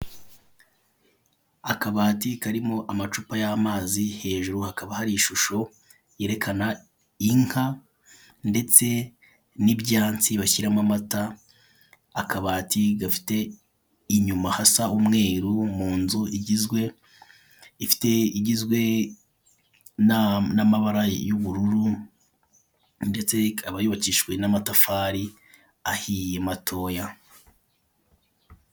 Akabati karimo amacupa y'amazi hejuru hakaba hari ishusho yerekana inka ndetse n'ibyansi bashyiramo amata, akabati gafite inyuma hasa umweru, mu nzu igizwe ifite igizwe n'amabara y'ubururu ndetse ikaba yubakishijwe n'amatafari ahiye matoya.